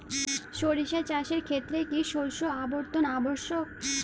সরিষা চাষের ক্ষেত্রে কি শস্য আবর্তন আবশ্যক?